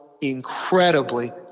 incredibly